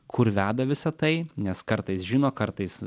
kur veda visa tai nes kartais žino kartais